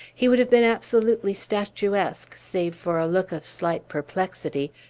he would have been absolutely statuesque, save for a look of slight perplexity,